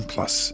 Plus